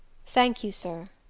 thank you, sir,